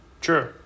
true